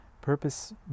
purpose